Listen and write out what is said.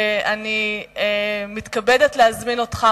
אני מתכבדת להזמין אותך,